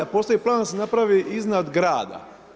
A postoji plan da se napravi iznad grada.